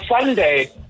Sunday